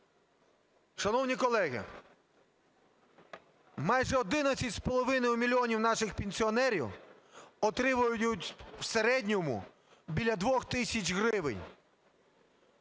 Шановні колеги, майже 11,5 мільйона наших пенсіонерів отримують в середньому біля 2 тисяч гривень,